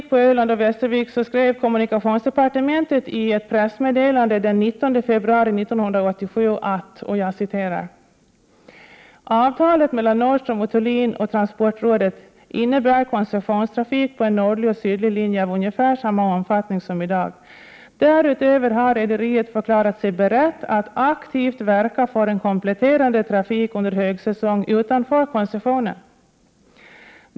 ”Avtalet mellan Nordström & Thulin och transportrådet innebär koncessionstrafik på en nordlig och sydlig linje av ungefär samma omfattning som i dag. Därutöver har rederiet förklarat sig berett att aktivt verka för en kompletterande trafik under högsäsong utanför koncessionen.